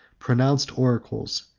pronounced oracles,